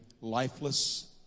lifeless